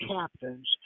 captains